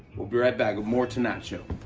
we'll be right back with more tonight show.